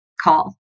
call